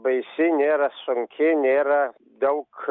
baisi nėra sunki nėra daug